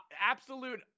absolute